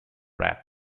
wrath